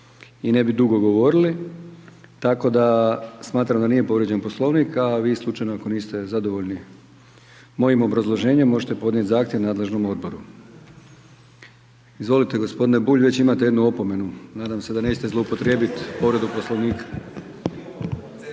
i ne bi dugo govorili, tako da smatram da nije povrijeđen Poslovnik a vi slučajno ako niste zadovoljni mojim obrazloženjem možete podnijeti zahtjev nadležnom odboru. Izvolite gospodine Bulj, već imate jednu opomenu. Nadam se da nećete zloupotrijebiti povredu Poslovnika.